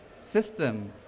system